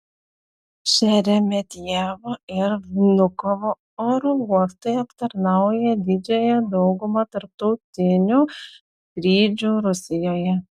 šeremetjevo ir vnukovo oro uostai aptarnaują didžiąją daugumą tarptautinių skrydžių rusijoje